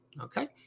Okay